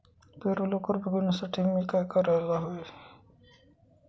पेरू लवकर पिकवण्यासाठी मी काय करायला हवे?